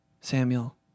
Samuel